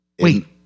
Wait